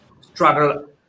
struggle